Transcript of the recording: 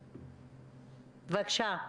בבקשה.